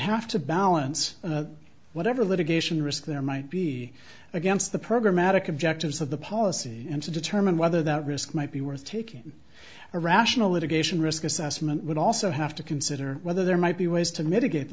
have to balance whatever litigation risk there might be against the program mattock objectives of the policy and to determine whether that risk might be worth taking a rational litigation risk assessment would also have to consider whether there might be ways to mitigate